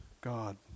God